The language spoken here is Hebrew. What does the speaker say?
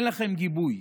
אין לכם גיבוי.